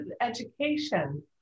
education